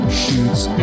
shoots